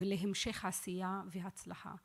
ולהמשך עשייה והצלחה